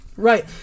right